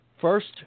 First